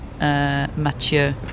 Mathieu